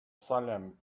salem